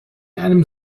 einem